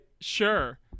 Sure